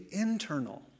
internal